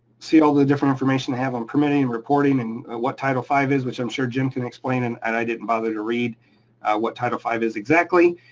see all the different information they have on permitting, and reporting and what title five is, which i'm sure jim can explain and and i didn't bother to read what title five is exactly.